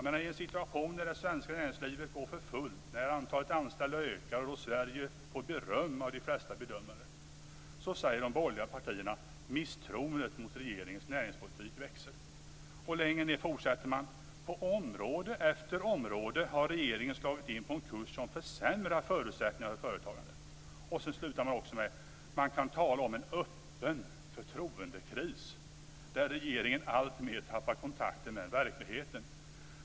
I en situation när det svenska näringslivet går för fullt, när antalet anställda ökar och Sverige får beröm av de flesta bedömare säger de borgerliga partierna: Misstroendet mot regeringens näringspolitik växer. Längre ned fortsätter reservanterna: "På område efter område har regeringen slagit in på en kurs som försämrar förutsättningarna för företagande." Så slutar de med: "Man kan tala om en öppen förtroendekris, där regeringen alltmer tappar kontakten med verkligheten".